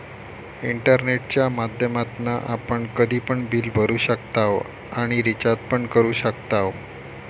इंटरनेटच्या माध्यमातना आपण कधी पण बिल भरू शकताव आणि रिचार्ज पण करू शकताव